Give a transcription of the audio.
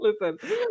Listen